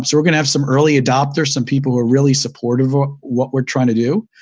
so we're going to have some early adopters, some people who are really supportive of what we're trying to do.